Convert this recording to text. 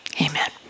Amen